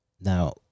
Now